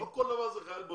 לא כל דבר הוא חייל בודד.